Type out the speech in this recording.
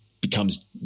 becomes